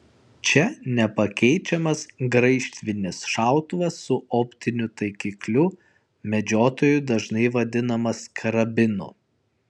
čia nepakeičiamas graižtvinis šautuvas su optiniu taikikliu medžiotojų dažnai vadinamas karabinu